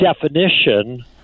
definition